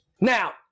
Now